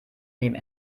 neben